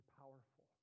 powerful